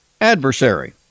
adversary